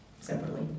Separately